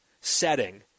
setting